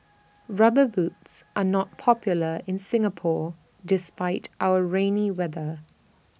rubber boots are not popular in Singapore despite our rainy weather